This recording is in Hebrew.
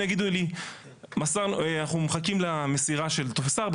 יגידו לי אנחנו מחכים למסירה של טופס 4,